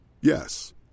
Yes